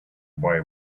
boy